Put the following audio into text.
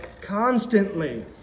constantly